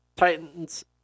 Titans